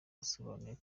yasobanuye